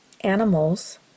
animals